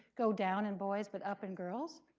go down in boys but up in girls.